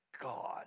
God